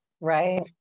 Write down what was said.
Right